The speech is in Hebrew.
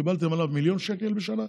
קיבלתם עליו מיליון שקל בשנה,